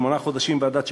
שמונה חודשים בוועדת שקד,